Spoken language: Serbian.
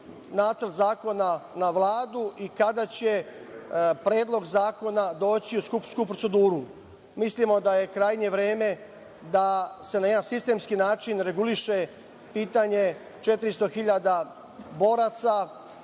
nacrt zakona na Vladu i kada će predlog zakona doći u Skupštinsku proceduru? Mislimo da je krajnje vreme da se na jedan sistemski način reguliše pitanje 400.000 boraca